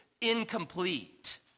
incomplete